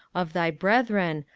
of thy brethren,